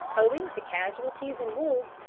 owing to casualties and wolves,